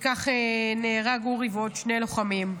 וכך נהרגו אורי ועוד שני לוחמים.